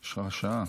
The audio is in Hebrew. שעה, שעה.